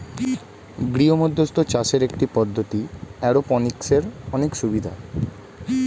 গৃহমধ্যস্থ চাষের একটি পদ্ধতি, এরওপনিক্সের অনেক সুবিধা